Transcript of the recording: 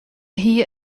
hie